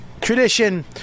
tradition